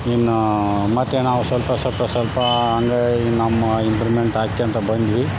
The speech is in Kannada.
ನಿಮ್ನ ಮತ್ತೆ ನಾವು ಸ್ವಲ್ಪ ಸ್ವಲ್ಪ ಸ್ವಲ್ಪ ಅಂದ್ರೆ ನಮ್ಮ ಇಂಪ್ರೂವ್ಮೆಂಟ್ ಆಕ್ಕೋಳ್ತ ಬಂದ್ವಿ